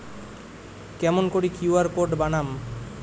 কেমন করি QR code বানাম?